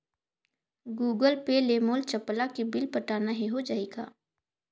Google Pay ले मोल चपला के बिल पटाना हे, हो जाही का?